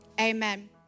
amen